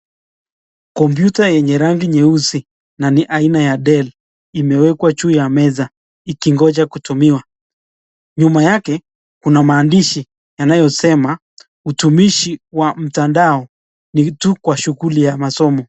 Kompyuta yenye rangi nyeusi na ni aina yela dell imewekwa juu ya ikingoja kutumiwa. Nyuma yake kuna maandishi yanayosema," utumishi wa mtandao ni mtu kwa shughuli ya masomo".